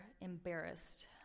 embarrassed